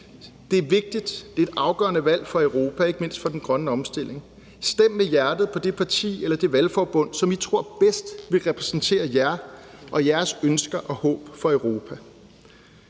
det er vigtigt, det er et afgørende valg for Europa, ikke mindst for den grønne omstilling; stem med hjertet på det parti eller det valgforbund, som I bedst tror vil repræsentere jer og jeres ønsker og håb for Europa.